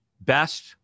best